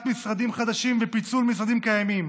משרדים חדשים ופיצול משרדים קיימים.